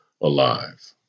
alive